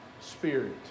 spirit